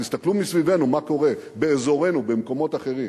תסתכלו מסביבנו מה קורה באזורנו במקומות אחרים,